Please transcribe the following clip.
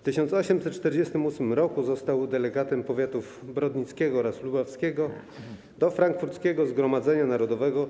W 1848 roku został delegatem powiatów brodnickiego oraz lubawskiego do Frankfurckiego Zgromadzenia Narodowego